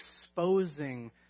exposing